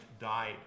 died